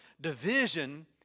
division